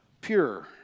pure